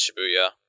Shibuya